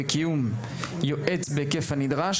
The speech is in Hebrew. בקיום יועץ בהיקף הנדרש,